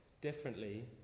differently